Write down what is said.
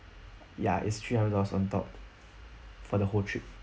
ya is three hundred dollars on top for the whole trip